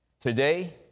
Today